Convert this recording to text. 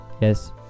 Yes